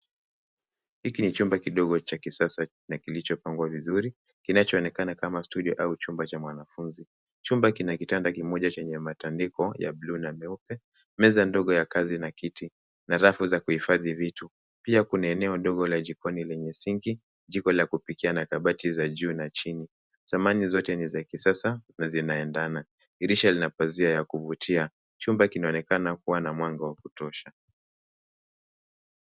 Hiki ni chumba kidogo cha kisasa na kilichopangwa vizuri, kinachoonekana kama studio au chumba cha mwanafunzi. Chumba kina kitanda kimoja chenye matandiko ya bluu na meupe, meza ndogo ya kazi na kiti na rafu za kuhifadhi vitu. Pia kuna eneo ndogo la jikoni lenye sinki, jiko la kupikia na kabati za juu na chini. Samani zote ni za kisasa, na zinaendana. Dirisha ina pazia ya kuvutia. Chumba kinaonekana kuwa na mwanga wa kutosha.